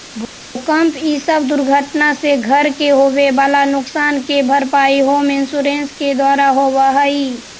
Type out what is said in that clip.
भूकंप इ सब दुर्घटना से घर के होवे वाला नुकसान के भरपाई होम इंश्योरेंस के द्वारा होवऽ हई